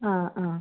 അ അ